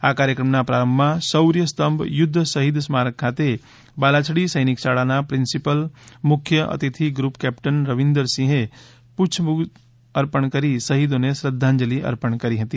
આ કાર્યક્રમના પ્રારંભમાં શૌર્ય સ્તંભ યુદ્ધ શહીદ સ્મારક ખાતે બાલાછડી સૈનિક શાળાના પ્રિન્સિપલ મુખ્ય અતિથિ ગ્રૂપ કેપ્ટન રવિન્દરસિંહે પુષ્પગુચ્છ અર્પણ કરી શહીદોને શ્રદ્ધાંજલી અર્પણ કરી હતી